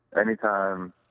anytime